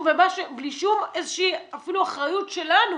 אחריות שלנו